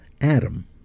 Adam